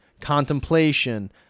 contemplation